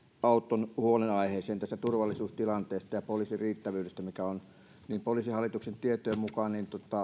auton huolenaiheesta turvallisuustilanteesta ja poliisien riittävyydestä mikä on että poliisihallituksen tietojen mukaan